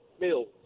Mills